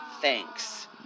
Thanks